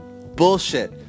bullshit